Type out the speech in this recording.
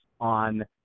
on